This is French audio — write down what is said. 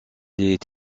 est